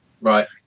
Right